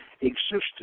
existed